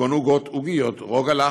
כגון עוגות, עוגיות, רוגלך,